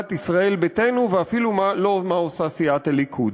סיעת ישראל ביתנו, ואפילו לא מה עושה סיעת הליכוד,